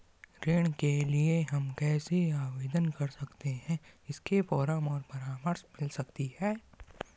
ऋण के लिए हम कैसे आवेदन कर सकते हैं इसके फॉर्म और परामर्श मिल सकती है?